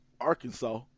Arkansas